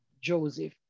Joseph